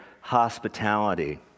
hospitality